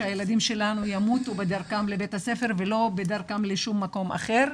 שהילדים שלנו ימותו בדרכם לבית הספר ולא בדרכם לשום מקום אחר.